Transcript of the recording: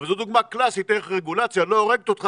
וזו דוגמה קלאסית איך רגולציה לא הורגת אותך,